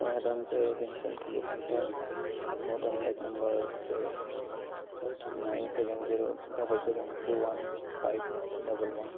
মই সাধাৰণতে গে'ম চেম খেলি ভাল পাওঁ মোৰ কণ্টেক্ট নম্বৰ হৈছে nine seven zero double seven two one five double one